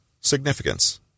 Significance